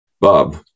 Bob